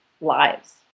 lives